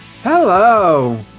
hello